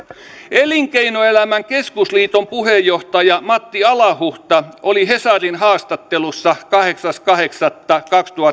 elinkeinoelämän keskusliiton puheenjohtaja matti alahuhta oli hesarin haastattelussa kahdeksas kahdeksatta kaksituhattaviisitoista